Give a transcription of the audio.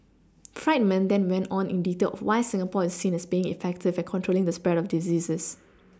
friedman then went on in detail of why Singapore is seen as being effective at controlling the spread of diseases